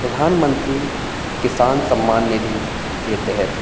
प्रधानमंत्री किसान सम्मान निधि के तहत